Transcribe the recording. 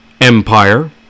empire